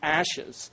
ashes